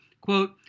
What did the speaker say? Quote